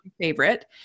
favorite